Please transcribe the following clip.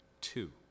Two